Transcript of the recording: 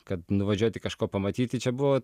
kad nuvažiuoti kažko pamatyti čia buvo